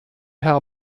herr